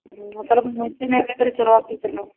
ಹ್ಞೂ ಸೊಲ್ಪ ಮುಂಚೆನೆ ಹೇಳಿದ್ರೆ ಚಲೋ ಆಕೇತ್ರಿ ನೀವು